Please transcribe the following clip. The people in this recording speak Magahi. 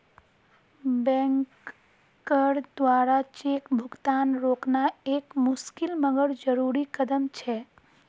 बैंकेर द्वारा चेक भुगतान रोकना एक मुशिकल मगर जरुरी कदम छे